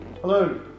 Hello